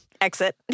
Exit